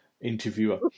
interviewer